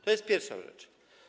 To jest pierwsza rzecz.